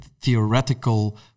theoretical